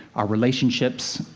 our relationships,